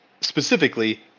specifically